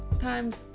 times